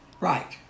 Right